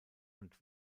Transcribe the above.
und